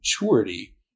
maturity